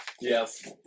Yes